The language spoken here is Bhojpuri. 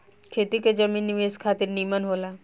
खेती के जमीन निवेश खातिर निमन होला